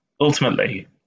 ultimately